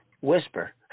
whisper